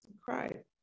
cried